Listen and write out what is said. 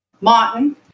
Martin